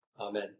Amen